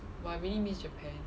!wah! I really miss japan